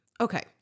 Okay